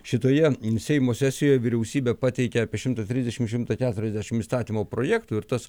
šitoje seimo sesijoje vyriausybė pateikia apie šimtą trisdešimt šimtą keturiasdešimt įstatymų projektų ir tas